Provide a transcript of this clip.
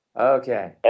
Okay